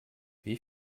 wie